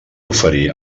oferir